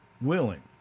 willing